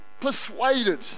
persuaded